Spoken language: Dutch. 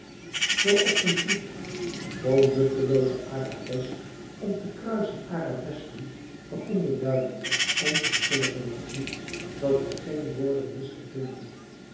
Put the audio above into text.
zoo excentriek zoo nuttelooze arabesk om te kruisen arabesken van onbeduidende onverschillige menschen dat hij geen woorden wist te vinden